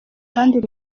kandi